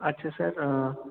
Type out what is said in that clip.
আচ্ছা স্যার হ্যাঁ